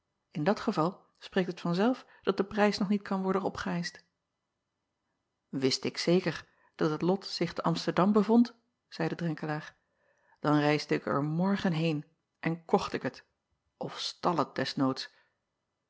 n dat geval spreekt het van zelf dat de prijs nog niet kan worden opgeëischt acob van ennep laasje evenster delen ist ik zeker dat het lot zich te msterdam bevond zeide renkelaer dan reisde ik er morgen heen en kocht ik het of stal het des noods